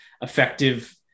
effective